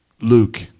Luke